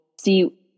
see